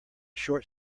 short